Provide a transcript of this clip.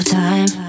time